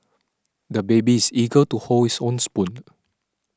the baby's eager to hold his own spoon